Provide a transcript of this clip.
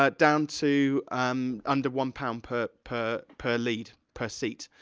but down to um under one pound per, per, per lead, per seat.